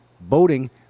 boating